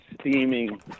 steaming